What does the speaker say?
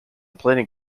planning